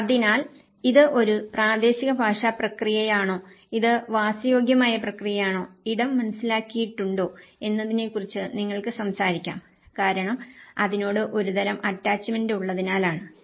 അതിനാൽ ഇത് ഒരു പ്രാദേശിക ഭാഷാ പ്രക്രിയയാണോ ഇത് വാസയോഗ്യമായ പ്രക്രിയയാണോ ഇടം മനസ്സിലാക്കിയിട്ടുണ്ടോ എന്നതിനെക്കുറിച്ച് നിങ്ങൾക്ക് സംസാരിക്കാം കാരണം അതിനോട് ഒരുതരം അറ്റാച്ച്മെന്റ് ഉള്ളതിനാലാണിത്